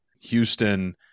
Houston